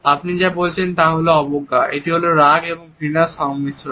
আপনি যা বলছেন তা হল অবজ্ঞা এটি হলো রাগ এবং ঘৃণার সংমিশ্রণ